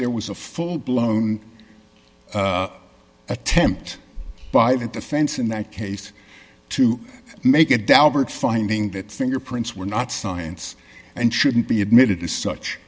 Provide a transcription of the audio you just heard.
there was a full blown attempt by the defense in that case to make a daubert finding that fingerprints were not science and shouldn't be admitted as such